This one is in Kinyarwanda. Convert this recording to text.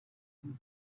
ngo